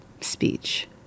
speech